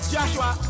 Joshua